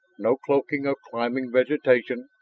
no cloaking of climbing vegetation,